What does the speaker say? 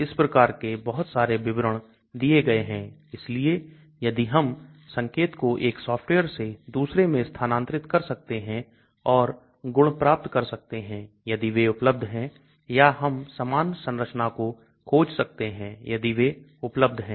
इस प्रकार के बहुत सारे विवरण दिए गए हैं इसलिए यदि हम संकेत को एक सॉफ्टवेयर से दूसरे में स्थानांतरित कर सकते हैं और गुण प्राप्त कर सकते हैं यदि वे उपलब्ध है या हम समान संरचना को खोज सकते हैं यदि वे उपलब्ध है